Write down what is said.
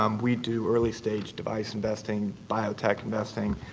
um we do early stage device investing, biotech investing,